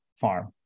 farm